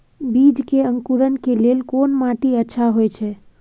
बीज के अंकुरण के लेल कोन माटी अच्छा होय छै?